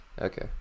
Okay